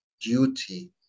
duty